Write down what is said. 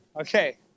Okay